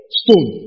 stone